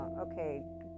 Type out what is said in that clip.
okay